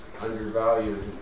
undervalued